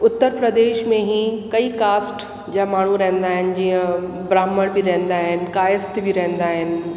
उत्तर प्रदेश में ही कई कास्ट जा माण्हू रहंदा आहिनि जीअं ब्राह्मण बि रहंदा आहिनि कायस्त बि रहंदा आहिनि